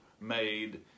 made